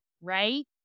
right